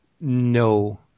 no